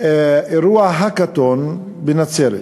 אירוע "האקתון" בנצרת.